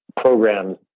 programs